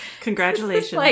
Congratulations